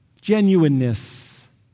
genuineness